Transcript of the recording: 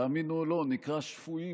תאמינו או לא, "שפויים".